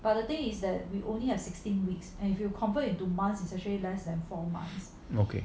okay